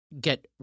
get